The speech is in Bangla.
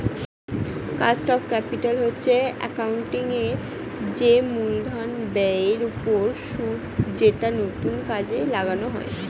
কস্ট অফ ক্যাপিটাল হচ্ছে অ্যাকাউন্টিং এর যে মূলধন ব্যয়ের ওপর সুদ যেটা নতুন কাজে লাগানো হয়